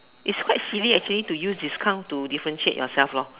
it's quite silly actually to use discount to differentiate yourself lor